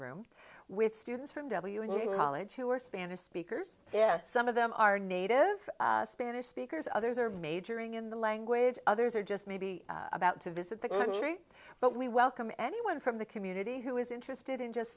room with students from w and you khalid who are spanish speakers yeah some of them are native spanish speakers others are majoring in the language others are just maybe about to visit the country but we welcome anyone from the community who is interested in just